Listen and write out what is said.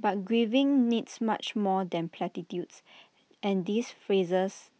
but grieving needs much more than platitudes and these phrases